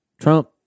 Trump